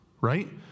right